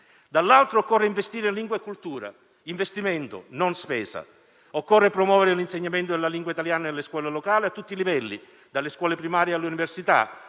Dall'altro lato, occorre investire in lingua e in cultura: investimento e non spesa. Occorre promuovere l'insegnamento della lingua italiana nelle scuole locali a tutti i livelli, dalle scuole primarie all'università;